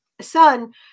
son